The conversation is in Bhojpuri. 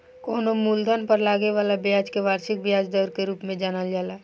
कवनो मूलधन पर लागे वाला ब्याज के वार्षिक ब्याज दर के रूप में जानल जाला